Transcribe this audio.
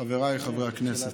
חבריי חברי הכנסת,